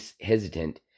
hesitant